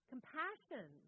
compassion